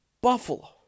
Buffalo